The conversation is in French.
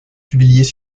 publiés